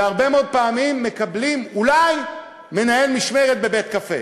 והרבה מאוד פעמים מקבלים אולי מנהל משמרת בבית-קפה,